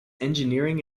engineering